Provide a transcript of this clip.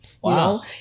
Wow